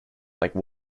like